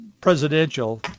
presidential